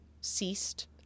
ceased